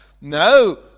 No